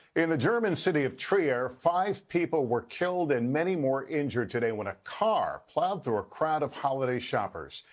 in the german city of trier, five people were killed and many more injured today when a car plowed through a crowd of holiday shoppers.